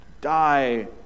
die